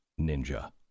ninja